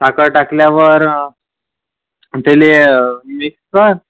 साखर टाकल्यावर त्याला मिक्स कर